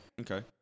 Okay